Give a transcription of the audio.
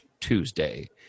Tuesday